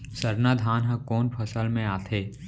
सरना धान ह कोन फसल में आथे?